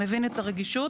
מבין את הרגישות,